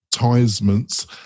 advertisements